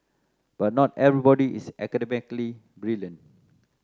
but not everybody is academically brilliant